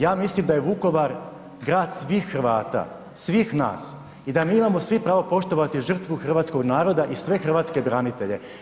Ja mislim da je Vukovar grad svih Hrvata, svih nas i da mi imamo svi pravo poštovati žrtvu hrvatskog naroda i sve hrvatske branitelje.